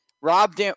Rob